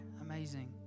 Amazing